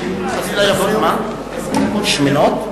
שמנות?